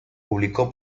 publicó